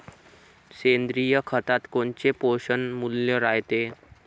सेंद्रिय खतात कोनचे पोषनमूल्य रायते?